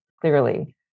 clearly